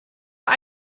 but